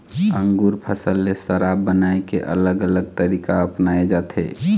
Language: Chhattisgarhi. अंगुर फसल ले शराब बनाए के अलग अलग तरीका अपनाए जाथे